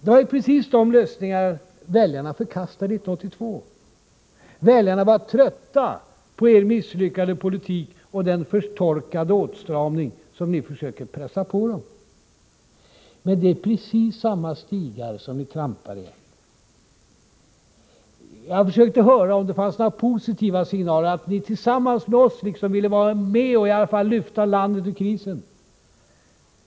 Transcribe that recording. Det var ju precis de lösningar som väljarna förkastade 1982. Väljarna var trötta på er misslyckade politik och den förtorkade åtstramning som ni försöker pressa på dem. Men det är precis samma stigar som ni trampar igen. Jag försökte höra om det fanns några positiva signaler, om ni tillsammans med oss ville vara med och i alla fall lyfta landet ur krisen.